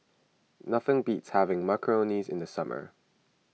nothing beats having Macarons in the summer